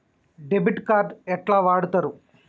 Debit card ఎట్లా వాడుతరు?